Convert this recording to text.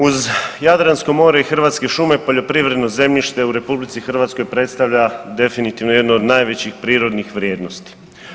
Uz Jadransko more i hrvatske šume poljoprivredno zemljište u RH predstavlja definitivno jednu od najvećih prirodnih vrijednosti.